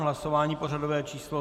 Hlasování pořadové číslo 129.